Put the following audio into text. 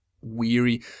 weary